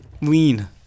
Lean